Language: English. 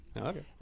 okay